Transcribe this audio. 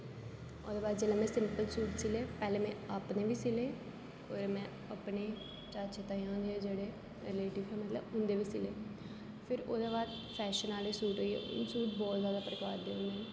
ओहदे बाद जिसले में सिपंल सूट सिले पहले में अपने बी सिले फिर में अपने चाचा ताये दे जेहडे रिलेटिंव है मतलब उंदे बी सिले फिर ओहदे बाद फैशन आहले सूट होई गया ओह् सूट बहुत ज्यादा प्रकार दे होंदे